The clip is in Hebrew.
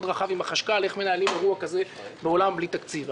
רחב עם החשכ"ל איך מנהלים אירוע כזה בעולם בלי תקציב.